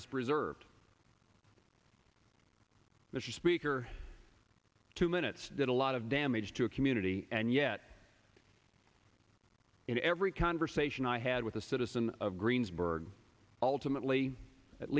is preserved mr speaker two minutes did a lot of damage to a community and yet in every conversation i had with a citizen of greensburg ultimately at